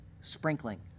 sprinkling